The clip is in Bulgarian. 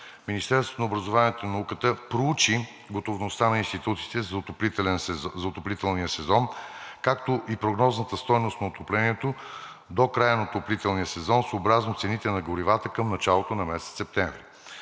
Министерството на образованието и науката проучи готовността на институциите за отоплителния сезон, както и прогнозната стойност на отоплението до края на отоплителния сезон съобразно цените на горивата към началото на месец септември.